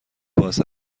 باز